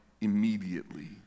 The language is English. immediately